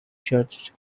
church